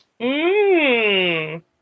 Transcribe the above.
Mmm